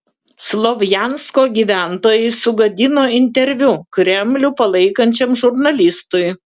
slovjansko gyventojai sugadino interviu kremlių palaikančiam žurnalistui